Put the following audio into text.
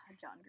John